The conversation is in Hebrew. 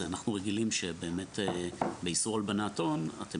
אנחנו רגילים שבאמת באיסור הלבנת הון אתם